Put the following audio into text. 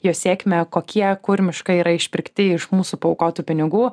jo sėkmę kokie kur miškai yra išpirkti iš mūsų paaukotų pinigų